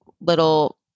little